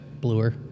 bluer